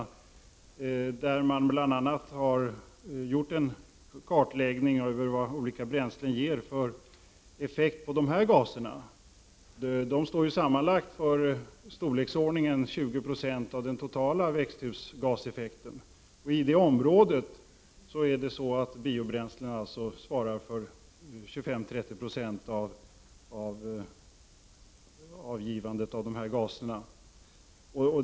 I utredningen har man bl.a. gjort en kartläggning över vad olika bränslen ger för effekt med dessa gaser. De står sammanlagt för 20 96 av den totala växthusgaseffekten. Biobränslen svarar då för 25-30 90 av avgivandet av dessa gaser.